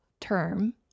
term